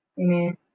Amen